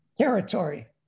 territory